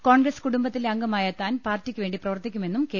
കോൺഗ്രസ് കുടുംബത്തിലെ അംഗമായ താൻ പാർട്ടിയ്ക്കു വേണ്ടി പ്രവർത്തിക്കുമെന്നും കെ